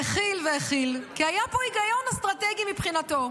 והכיל והכיל, כי היה פה היגיון אסטרטגי מבחינתו,